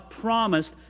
promised